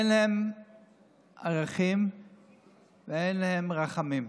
אין להם ערכים ואין להם רחמים.